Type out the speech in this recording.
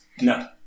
No